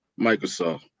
Microsoft